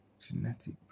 Genetic